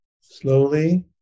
slowly